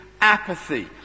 apathy